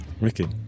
Ricky